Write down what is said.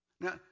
Now